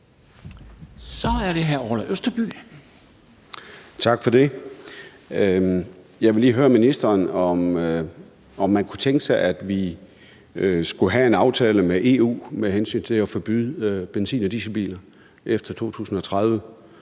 Kl. 10:41 Orla Østerby (KF): Tak for det. Jeg vil lige høre ministeren, om man kunne tænke sig, at vi skulle have en aftale med EU med hensyn til at forbyde benzin- og dieselbiler efter 2030,